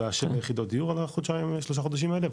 זה היה שבע יחידות דיור על השלושה חודשים האלה,